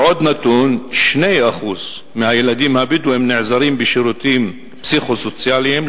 עוד נתון: 2% מהילדים הבדואים נעזרים בשירותים פסיכו-סוציאליים,